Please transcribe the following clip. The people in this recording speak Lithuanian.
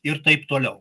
ir taip toliau